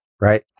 Right